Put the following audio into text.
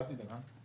אל תדאג.